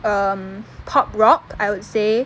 um pop rock I would say